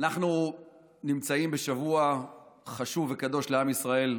אנחנו נמצאים בשבוע חשוב וקדוש לעם ישראל.